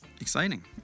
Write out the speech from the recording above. exciting